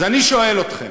אז אני שואל אתכם,